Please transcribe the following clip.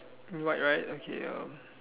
white right okay